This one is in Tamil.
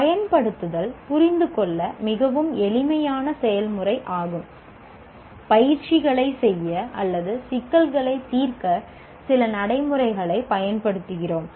பயன்படுத்துதல் புரிந்துகொள்ள மிகவும் எளிமையான செயல்முறையாகும் பயிற்சிகளைச் செய்ய அல்லது சிக்கல்களைத் தீர்க்க சில நடைமுறைகளைப் பயன்படுத்துகிறோம்